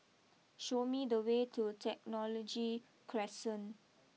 show me the way to Technology Crescent